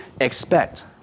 expect